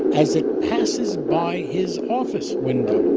as it passes by his office window.